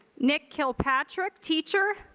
nick kilpatrick teacher.